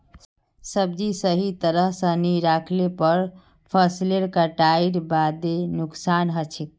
सब्जी सही तरह स नी राखले पर फसलेर कटाईर बादे नुकसान हछेक